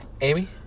Amy